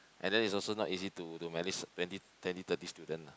and then it's also not easy to to manage twenty twenty thirty students lah